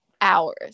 hours